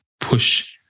push